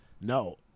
No